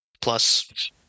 plus